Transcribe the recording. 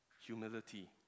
Humility